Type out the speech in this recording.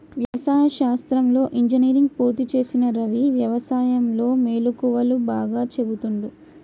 వ్యవసాయ శాస్త్రంలో ఇంజనీర్ పూర్తి చేసిన రవి వ్యసాయం లో మెళుకువలు బాగా చెపుతుండు